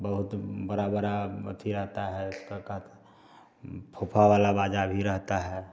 बहुत बड़ा बड़ा अथी आता है का कहते हैं फूफा वाला बजा भी रहता है